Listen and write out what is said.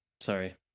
sorry